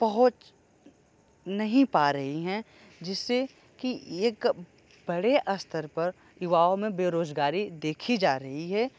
पहुँच नहीं पा रही है जिससे की एक बड़े स्तर पर युवाओं में बेरोजगारी देखी जा रही है